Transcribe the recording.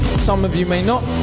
some of you may not.